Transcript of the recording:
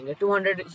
200